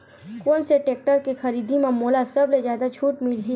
कोन से टेक्टर के खरीदी म मोला सबले जादा छुट मिलही?